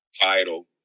Title